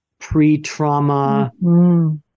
pre-trauma